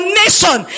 nation